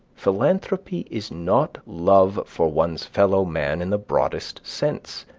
philanthropy is not love for one's fellow-man in the broadest sense.